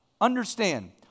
understand